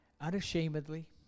Unashamedly